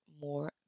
more